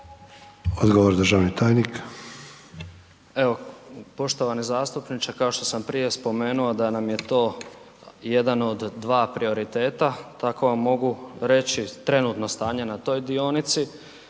Bilaver, državni tajnik.